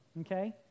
okay